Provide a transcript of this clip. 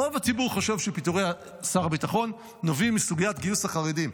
רוב הציבור חושב שפיטורי שר הביטחון נובעים מסוגיית גיוס החרדים,